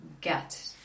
get